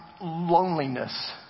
loneliness